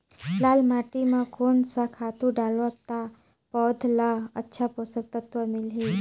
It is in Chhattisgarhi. लाल माटी मां कोन सा खातु डालब ता पौध ला अच्छा पोषक तत्व मिलही?